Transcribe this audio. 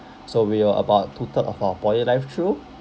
so we were about two third of our poly life through